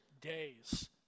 days